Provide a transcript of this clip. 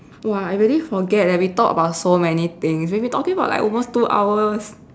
!wah! I really forget leh we talked about so many things we've been talking for like almost two hours